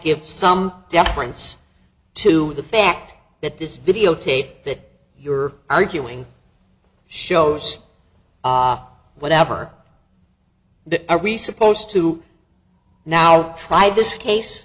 give some deference to the fact that this videotape that you're arguing shows whatever are we supposed to now try this case